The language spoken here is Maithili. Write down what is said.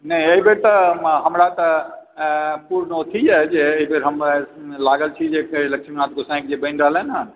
नहि एहि बेर तऽ हमरा तऽ पूर्ण अथी अछि जे एहि बेर हम लागल छी जे लक्ष्मीनाथ गोसाइके जे बनि रहलनि हँ